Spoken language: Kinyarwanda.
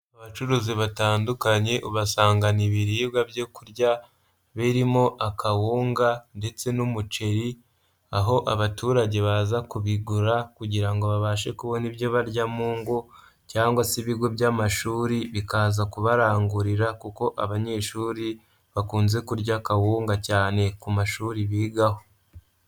Abacuruzi batandukanye basanga ibiribwa byo kurya, birimo akawunga, ndetse n'umuceri, aho abaturage baza kubigura, kugira ngo babashe kubona ibyo barya mu ngo, cyangwa se ibigo by'amashuri bikaza kubarangurira kuko abanyeshuri, bakunze kurya kawunga cyane ku mashuri bigaho.